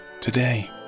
today